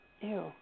Ew